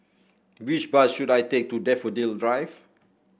which bus should I take to Daffodil Drive